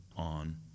on